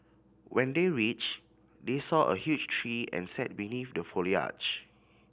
when they reached they saw a huge tree and sat beneath the foliage